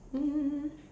um